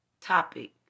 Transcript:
topic